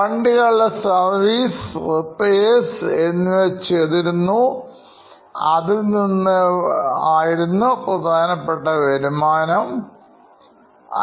വണ്ടികളുടെ service Repairs എന്നിവ ചെയ്തിരുന്നു അതിൽ നിന്ന് പ്രധാനപ്പെട്ട വരുമാനം ലഭിച്ചിരുന്നു